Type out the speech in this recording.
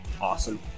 awesome